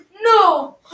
No